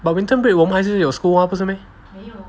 but winter break 我们还是有 school mah 不是 meh